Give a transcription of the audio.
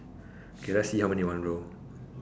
okay let's see how many in one row